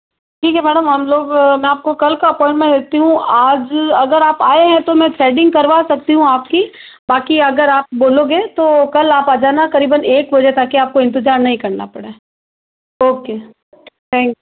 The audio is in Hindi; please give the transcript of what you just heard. ठीक है मैडम हम लोग मैं आपको कल का अपॉइंटमेंट देती हूँ आज अगर आप आए हैं तो मैं थ्रेडिंग करवा सकती हूँ आपकी बाकि अगर आप बोलोगे तो कल आप आ जाना करीबन एक बजे ताकि आपको इंतजार नहीं करना पड़े ओके थैंक यू